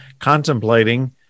contemplating